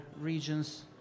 regions